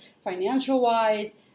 financial-wise